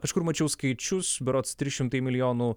kažkur mačiau skaičius berods trys šimtai milijonų